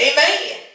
Amen